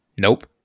Nope